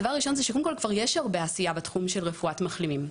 הדבר הראשון הוא שכבר יש הרבה עשייה בארץ בתחום של רפואת מחלימים.